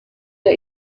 der